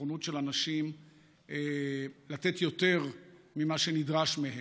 נכונות של אנשים לתת יותר ממה שנדרש מהם,